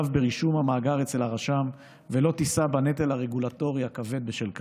ברישום המאגר אצל הרשם ולא תישא בנטל הרגולטורי הכבד בשל כך.